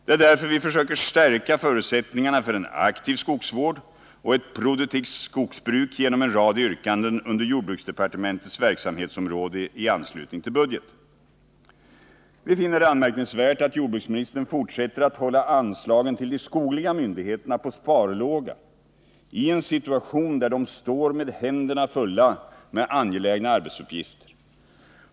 Det är därför vi försöker stärka förutsättningarna för en aktiv skogsvård och ett produktivt skogsbruk genom en rad yrkanden under jordbruksdepartementets verksamhetsområde i anslutning till budgeten. Vi finner det anmärkningsvärt att jordbruksministern fortsätter att hålla anslagen till de skogliga myndigheterna på sparlåga i en situation där de står med händerna fulla med angelägna arbetsuppgifter.